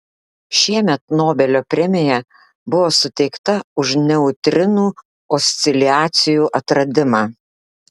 šiemet nobelio premija buvo suteikta už neutrinų osciliacijų atradimą